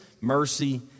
mercy